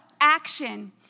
Action